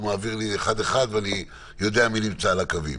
הוא מעביר לי אחד-אחד ואני יודע מי נמצא על הקווים.